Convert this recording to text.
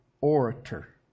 orator